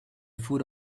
food